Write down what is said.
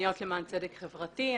משפטניות למען צדק חברתי.